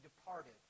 departed